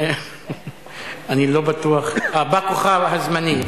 אני לא בטוח, בא כוחה הזמני.